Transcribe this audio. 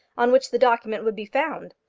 on which the document would be found,